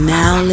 now